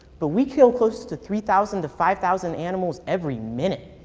but we kill close to three thousand to five thousand animals every minute.